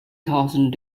thousand